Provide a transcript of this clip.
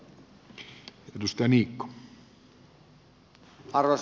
arvoisa puhemies